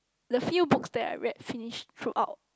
the fews book that I read finished through out